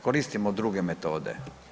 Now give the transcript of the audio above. Koristimo druge metode.